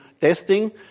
testing